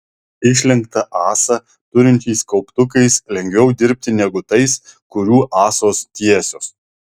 išlenktą ąsą turinčiais kauptukais lengviau dirbti negu tais kurių ąsos tiesios